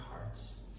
hearts